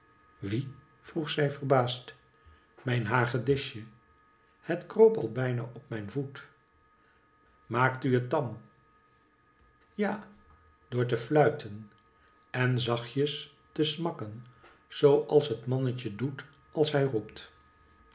wie vroeg zij verbaasd mijn hagedisje het kroop al bijna op mijn voet maakt u het tarn ja door te fluiten en zachtjes te smakken zoo als het mannetje doet als hij roept